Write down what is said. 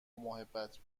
محبت